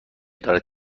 دارد